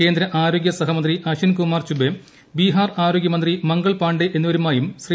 കേന്ദ്ര ആരോഗ്യ സഹമന്ത്രി അശ്വിൻ കുമാർ ചുബ്ബേ ബിഹാർ ആരോഗ്യമന്ത്രി മംഗൾ പാണ്ഡേ എന്നിവരുമായും ശ്രീ